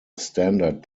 standard